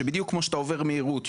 שאם אתה עובר מצלמת מהירות,